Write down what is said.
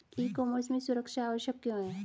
ई commerce में सुरक्षा आवश्यक क्यों है?